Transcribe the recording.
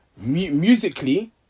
musically